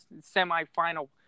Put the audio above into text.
semi-final